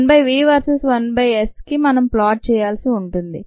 1 by v versus 1 by s ని మనం plot చేయాల్సి ఉంటుంది